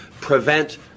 prevent